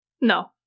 No